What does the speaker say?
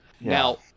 Now